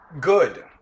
Good